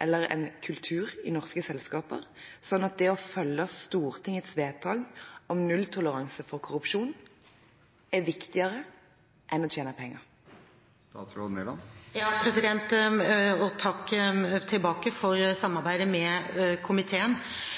eller en kultur i norske selskaper, slik at det å følge Stortingets vedtak om nulltoleranse for korrupsjon er viktigere enn å tjene penger? Takk tilbake for samarbeidet med komiteen.